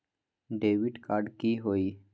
Debit card की होई?